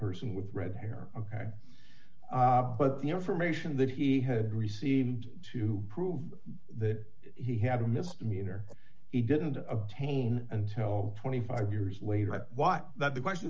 person with red hair ok but the information that he had received to prove that he had a misdemeanor he didn't obtain until twenty five years later i was that the question